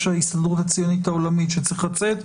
ההסתדרות הציונית העולמית שצריך לצאת,